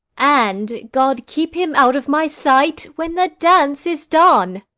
and god keep him out of my sight when the dance is done!